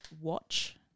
watch